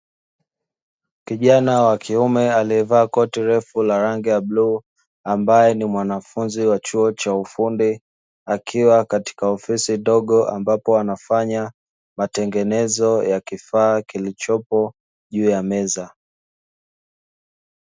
Kijana wa kiume aliyevaa koti refu la rangi ya bluu, ambaye ni mwanafunzi wa chuo cha ufundi, akiwa katika ofisi ndogo ambapo anafanya matengenezo ya kifaa kilichopo juu ya meza.